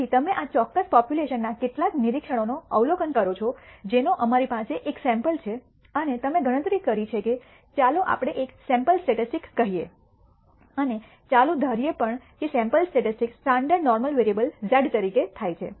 તેથી તમે આ ચોક્કસ પોપ્યુલેશનના કેટલાક નિરીક્ષણોનો અવલોકન કરો છો જેનો અમારી પાસે એક સેમ્પલ છે અને તમે ગણતરી કરી છે કે ચાલો આપણે એક સેમ્પલ સ્ટેટિસ્ટિક્સ કહીએ અને ચાલો ધારી પણએ કે sample statistics standard normal variable z તરીકે થાય છે